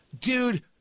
Dude